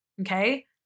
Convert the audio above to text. Okay